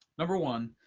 number one,